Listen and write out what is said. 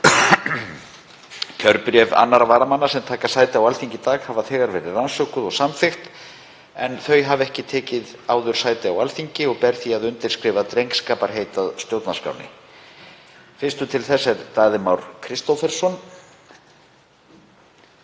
Kjörbréf annarra varamanna sem taka sæti á Alþingi í dag hafa þegar verið rannsökuð og samþykkt en þau hafa ekki tekið áður sæti á Alþingi og ber því að undirskrifa drengskaparheit að stjórnarskránni. Þau eru: Daði Már Kristófersson,